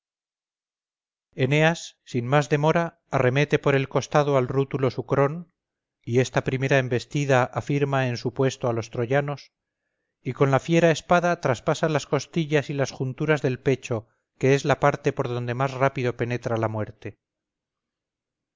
eneas sin más demora arremete por el costado al rútulo sucrón y esta primera embestida afirma en su puesto a los troyanos y con la fiera espada traspasa las costillas y las junturas del pecho que es la parte por donde más rápido penetra la muerte